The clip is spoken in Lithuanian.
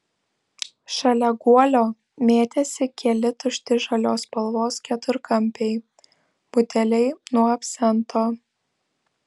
šalia guolio mėtėsi keli tušti žalios spalvos keturkampiai buteliai nuo absento